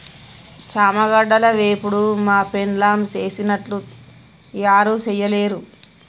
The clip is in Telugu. చామగడ్డల వేపుడు మా పెండ్లాం సేసినట్లు యారు సెయ్యలేరు